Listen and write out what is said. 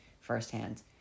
firsthand